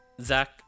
Zach